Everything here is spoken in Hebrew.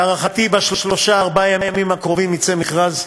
להערכתי, בשלושה-ארבעה הימים הקרובים יצא מכרז,